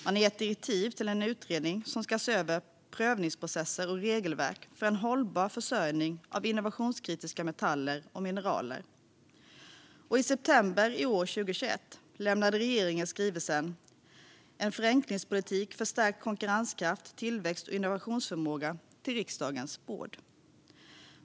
Man har gett direktiv till en utredning som ska se över prövningsprocesser och regelverk för en hållbar försörjning av innovationskritiska metaller och mineraler. Och i september i år, 2021, lämnade regeringen skrivelsen En förenklingspolitik för stärkt konkurrenskraft, tillväxt och innovationsförmåga på riksdagens bord.